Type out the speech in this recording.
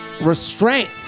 restraint